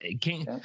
king